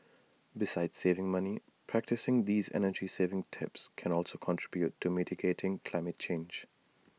besides saving money practising these energy saving tips can also contribute towards mitigating climate change